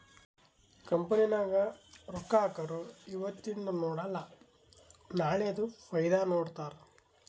company ನಾಗ್ ರೊಕ್ಕಾ ಹಾಕೊರು ಇವತಿಂದ್ ನೋಡಲ ನಾಳೆದು ಫೈದಾ ನೋಡ್ತಾರ್